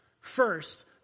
first